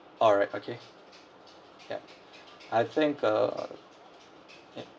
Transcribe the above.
alright okay yup I think err ya